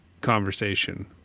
conversation